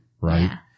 Right